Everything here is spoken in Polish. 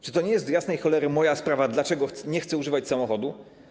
Czy to nie jest, do jasnej cholery, moja sprawa, dlaczego nie chcę używać samochodu?